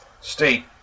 state